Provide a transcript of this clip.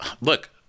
look